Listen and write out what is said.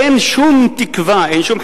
אין שום תקווה, אין שום חצי של תקווה.